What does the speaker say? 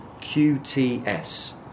QTS